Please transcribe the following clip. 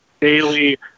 daily